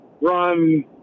run